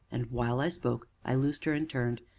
and, while i spoke, i loosed her and turned,